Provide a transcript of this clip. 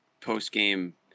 post-game